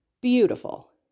beautiful